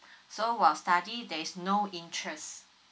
so while study there is no interest